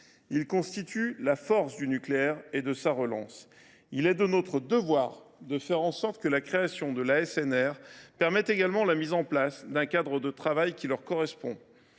Ils constituent la force du nucléaire et de sa relance. Il est de notre devoir de faire en sorte que la création de l’ASNR permette également la mise en place d’un cadre de travail qui leur correspond.